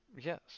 Yes